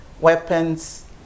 weapons